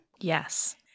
Yes